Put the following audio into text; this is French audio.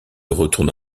retourna